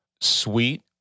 sweet